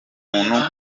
muntu